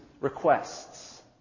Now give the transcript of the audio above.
requests